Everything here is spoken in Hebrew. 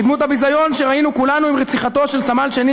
בדמות הביזיון שראינו כולנו עם רציחתו של סמל שני